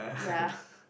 ya